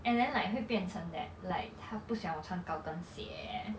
and then like 会变成 that like 他不喜欢我穿高跟鞋了那个 china lah or you kind of 穿高跟鞋 apple 想要做这个 thought lah cause 我就觉得 like